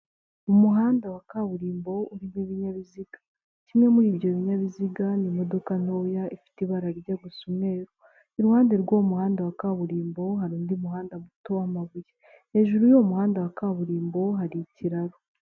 Umuhanda wa kaburimbo urimo ibinyabiziga. Kimwe muri ibyo binyabiziga ni imodoka ntoya ifite ibara rijya gusa umweru. Iruhande rw'uwo muhanda wa kaburimbo hari undi muhanda muto w'amabuye. Hejuru y'uwo muhanda wa kaburimbo hari ikiraro.